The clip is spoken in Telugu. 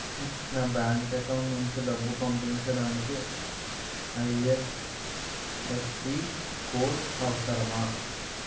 నా బ్యాంక్ అకౌంట్ నుంచి డబ్బు పంపించడానికి ఐ.ఎఫ్.ఎస్.సి కోడ్ అవసరమా?